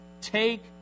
take